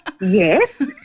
yes